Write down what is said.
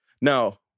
now